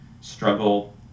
struggle